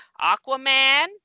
Aquaman